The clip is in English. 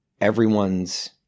everyone's